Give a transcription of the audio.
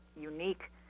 unique